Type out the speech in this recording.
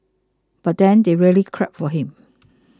but then they really clapped for him